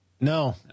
No